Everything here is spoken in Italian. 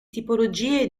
tipologie